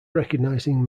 recognizing